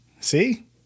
See